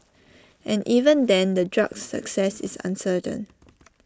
and even then the drug's success is uncertain